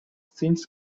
since